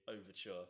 Overture